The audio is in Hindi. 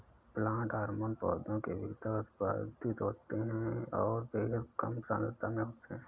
प्लांट हार्मोन पौधों के भीतर उत्पादित होते हैंऔर बेहद कम सांद्रता में होते हैं